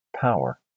power